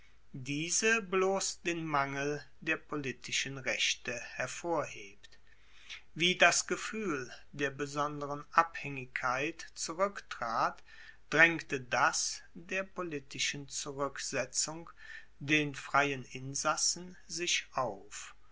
diese bloss den mangel der politischen rechte hervorhebt wie das gefuehl der besonderen abhaengigkeit zuruecktrat draengte das der politischen zuruecksetzung den freien insassen sich auf